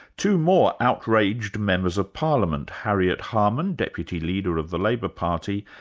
two more outraged members of parliament, harriet harman, deputy leader of the labour party,